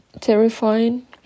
terrifying